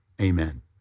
Amen